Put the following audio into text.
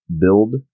build